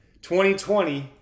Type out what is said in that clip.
2020